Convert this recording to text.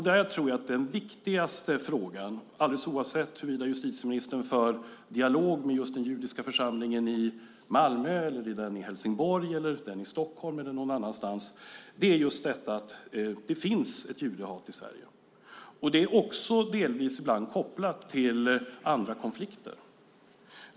Där tror jag att den viktigaste frågan är - alldeles oavsett om justitieministern för dialog med den judiska församlingen i Malmö, Helsingborg, Stockholm eller någon annanstans - att det finns ett judehat i Sverige. Det är ibland delvis kopplat till andra konflikter.